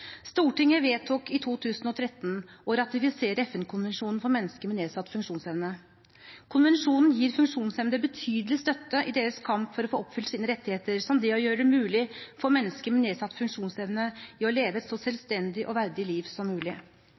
Stortinget vedtok i 2013 å ratifisere FN-konvensjonen for mennesker med nedsatt funksjonsevne. Konvensjonen gir funksjonshemmede betydelig støtte i deres kamp for å få oppfylt sine rettigheter, som det å gjøre det mulig for mennesker med nedsatt funksjonsevne å leve et så selvstendig og verdig liv som mulig.